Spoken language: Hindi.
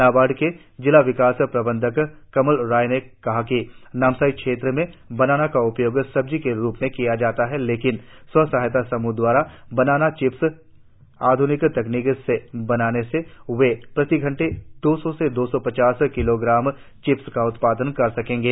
नाबार्ड के जिला विकास प्रबंधक कमल रॉय ने कहा कि नामसाई क्षेत्र में बनाना का उपयोग सब्जी के रुप में किया जाता है लेकिन स्व सहायता समूह द्वारा बनाना चिप्स आध्निक तकनीकि से बनाने से वे प्रतिघंटे दो सौ से दो सौ पचास किलेग्राम चिप्स का उत्पादन कर सकेंगे